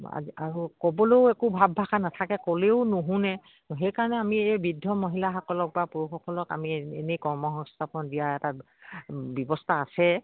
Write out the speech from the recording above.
আৰু ক'বলেও একো ভাব ভাষা নাথাকে ক'লেও নুশুনে সেইকাৰণে আমি এই বৃদ্ধ মহিলাসকলক বা পুৰুষসকলক আমি এনেই কৰ্ম সংস্থাপন দিয়াৰ এটা ব্যৱস্থা আছে